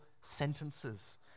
sentences